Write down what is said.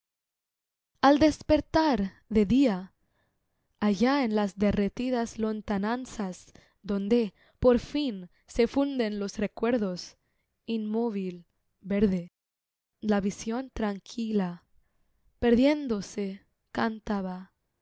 al despertar de día allá en las derretidas lontananzas donde por fin se funden los recuerdos inmóvil verde la visión tranquila perdiéndose cantaba